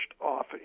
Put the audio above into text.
off